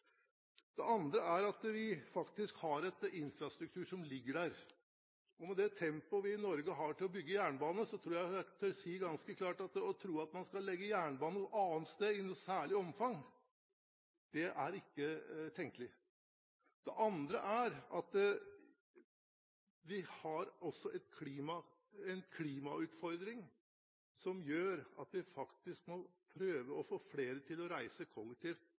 Det andre er at vi faktisk har en infrastruktur som ligger der. Med det tempoet vi i Norge har for å bygge jernbane, tror jeg jeg ganske klart tør si at å tro at man i noe særlig omfang skal legge jernbane noe annet sted, ikke er tenkelig. Vi har også en klimautfordring som gjør at vi faktisk må prøve å få flere til å reise kollektivt.